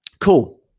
Cool